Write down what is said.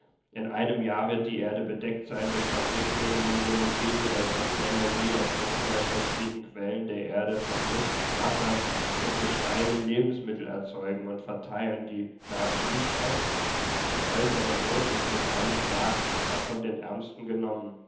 in einem jahr wird die erde bedeckt sein mit fabriken in denen wir mit hilfe der sonnenenergie aus den unerschöpflichen quellen der erde von luft wasser und gesteinen lebensmittel erzeugen und verteilen die nahezu nichts kosten die äußere not ist mit einem schlag auch von dem ärmsten genommen